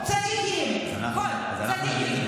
צדיקים, צדיקים.